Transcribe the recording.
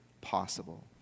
possible